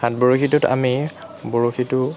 হাত বৰশীটোত আমি বৰশীটো